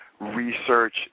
research